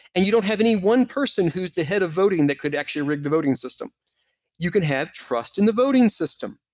and you don't have any one person who's the head of voting that could actually rig the voting system you can have trust in the voting system,